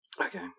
Okay